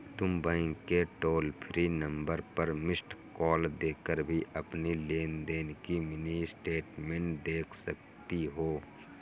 तुम बैंक के toll free number पर मिस्ड कॉल देकर भी अपनी लेन देन की मिनी स्टेटमेंट देख सकती हो